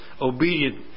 obedient